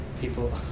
people